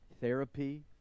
therapy